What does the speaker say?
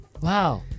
Wow